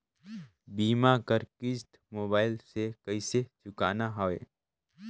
बीमा कर किस्त मोबाइल से कइसे चुकाना हवे